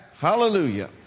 Hallelujah